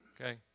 okay